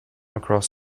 across